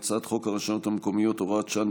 ההצעה להעביר את הצעת חוק הרשויות המקומיות (הוראת שעה,